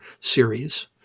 series